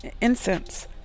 incense